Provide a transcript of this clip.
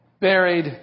buried